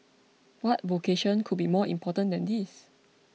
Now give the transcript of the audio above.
what vocation could be more important than this